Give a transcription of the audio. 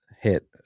hit